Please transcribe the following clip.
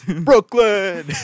brooklyn